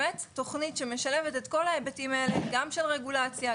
תוכנית שמשלבת את כל ההיבטים האלה גם של רגולציה,